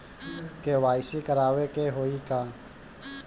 KYC करावे के होई का?